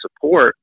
support